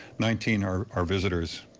nineteen are are visitors.